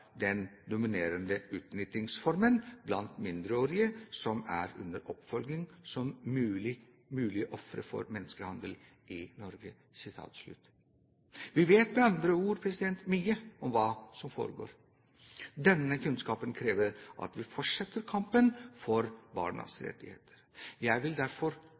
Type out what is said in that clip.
den dominerende utnyttingsformen blant mindreårige som er under oppfølging som mulige ofre for menneskehandel i Norge.» Vi vet med andre ord mye om hva som foregår. Denne kunnskapen krever at vi fortsetter kampen for barnas rettigheter. Jeg vil derfor